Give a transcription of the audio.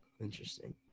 Interesting